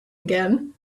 again